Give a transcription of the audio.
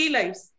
lives